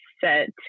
set